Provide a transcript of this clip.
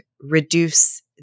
reduce